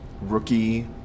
Rookie